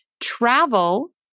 travel